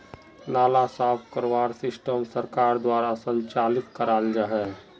नाला साफ करवार सिस्टम सरकार द्वारा संचालित कराल जहा?